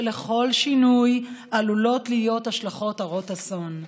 ולכל שינוי עלולות להיות השלכות הרות אסון.